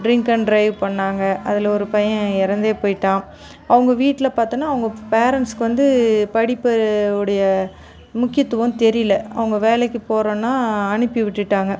drink and drive பண்ணாங்க அதில் ஒரு பையன் இறந்தே போய்விட்டான் அவங்க வீட்டில பார்த்தோனா அவங்க பேரண்ட்ஸ்க்கு வந்து படிப்பு ஓடைய முக்கியத்துவம் தெரியல அவங்க வேலைக்கு போகறோன்னா அனுப்பி விட்டுவிட்டாங்க